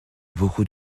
beaucoup